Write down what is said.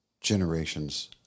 generations